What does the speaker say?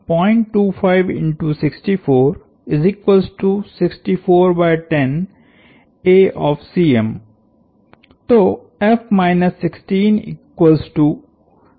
तोहैं